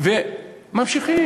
וממשיכים.